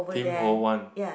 Tim-Ho-Wan